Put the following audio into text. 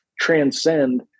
transcend